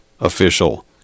official